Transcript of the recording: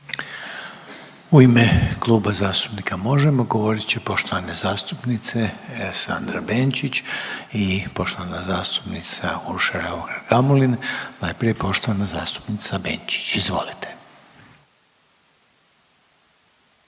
U ime Kluba zastupnika MOŽEMO govorit će poštovane zastupnice Sandra Benčić i poštovana zastupnica Urša Raukar Gamulin. Najprije poštovana zastupnica Benčić, izvolite.